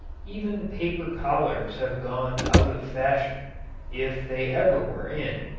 even paper collars have gone out of fashion if they ever were in.